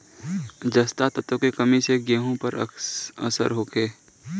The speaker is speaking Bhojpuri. जस्ता तत्व के कमी से गेंहू पर का असर होखे?